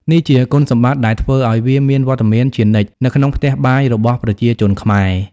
នេះជាគុណសម្បត្តិដែលធ្វើឲ្យវាមានវត្តមានជានិច្ចនៅក្នុងផ្ទះបាយរបស់ប្រជាជនខ្មែរ។